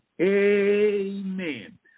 Amen